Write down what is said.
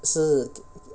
是